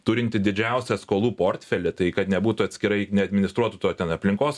turinti didžiausią skolų portfelį tai kad nebūtų atskirai neadministruotų tuo ten aplinkos